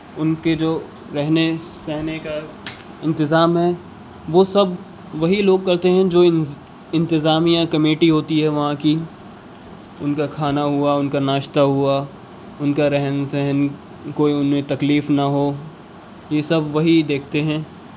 ان کے جو رہنے سہنے کا انتظام ہے وہ سب وہی لوگ کرتے ہیں جو انتظامیہ کمیٹی ہوتی ہے وہاں کی ان کا کھانا ہوا ان کا ناشتہ ہوا ان کا رہن سہن کوئی انہیں تکلیف نہ ہو یہ سب وہی دیکھتے ہیں